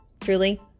truly